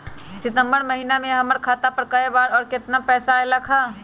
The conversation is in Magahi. सितम्बर महीना में हमर खाता पर कय बार बार और केतना केतना पैसा अयलक ह?